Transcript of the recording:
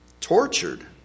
tortured